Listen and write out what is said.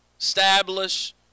Establish